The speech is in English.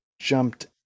jumped